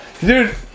Dude